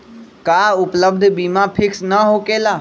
का उपलब्ध बीमा फिक्स न होकेला?